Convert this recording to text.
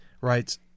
writes